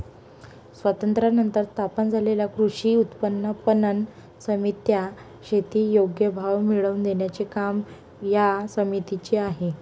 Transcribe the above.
स्वातंत्र्यानंतर स्थापन झालेल्या कृषी उत्पन्न पणन समित्या, शेती योग्य भाव मिळवून देण्याचे काम या समितीचे आहे